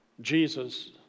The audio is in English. Jesus